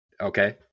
Okay